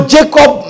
Jacob